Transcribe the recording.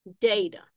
data